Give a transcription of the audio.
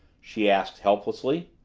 she asked helplessly.